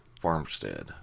farmstead